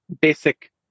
basic